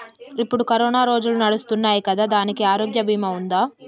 ఇప్పుడు కరోనా రోజులు నడుస్తున్నాయి కదా, దానికి ఆరోగ్య బీమా ఉందా?